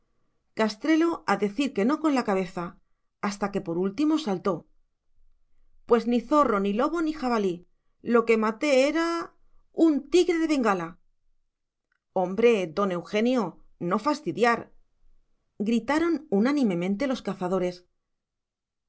castrelo a decir que no con la cabeza hasta que por último saltó pues ni zorro ni lobo ni jabalí lo que maté era un tigre de bengala hombre don eugenio no fastidiar gritaron unánimemente los cazadores